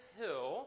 hill